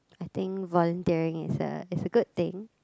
I think volunteering is a is a good thing